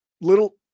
little